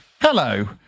Hello